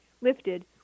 lifted